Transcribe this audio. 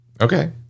Okay